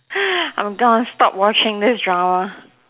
I'm gonna stop watching this drama